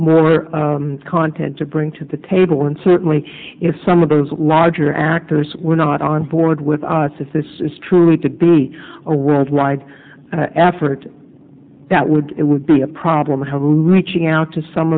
more content to bring to the table and certainly some of those larger actors were not on board with us if this is truly to be a worldwide effort that would it would be a problem have a reaching out to some